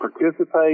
participate